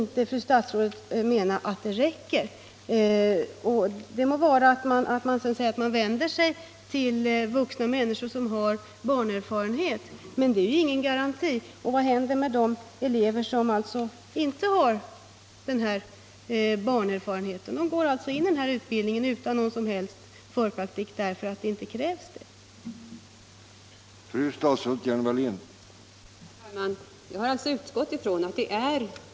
Fru statsrådet kan väl inte mena att den praktiken är tillräcklig? Det må vara att man vänder sig till vuxna människor som redan har erfarenhet av att sköta barn, men detta är ju ingen garanti. Vad händer med de elever som inte har den barnerfarenheten? De går således in i utbildningen utan någon som helst förpraktik, eftersom det inte krävs någon sådan.